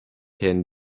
herrn